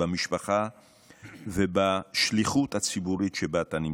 במשפחה ובשליחות הציבורית שבה אתה נמצא.